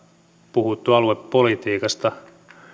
puhuttu aluepolitiikasta